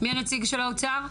מי הנציג של האוצר?